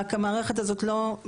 רק המערכת הזאת לא,